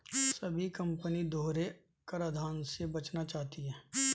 सभी कंपनी दोहरे कराधान से बचना चाहती है